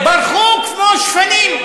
ברחו כמו שפנים,